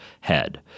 head